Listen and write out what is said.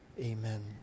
Amen